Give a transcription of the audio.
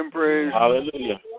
Hallelujah